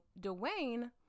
Dwayne